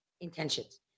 intentions